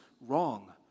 wrong